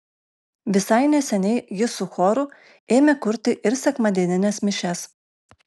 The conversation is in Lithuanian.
visai neseniai jis su choru ėmė kurti ir sekmadienines mišias